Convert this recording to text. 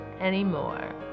anymore